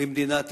למדינת ישראל.